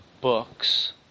books